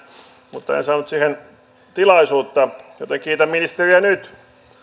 mutta en saanut siihen tilaisuutta joten kiitän ministeriä nyt